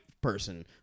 person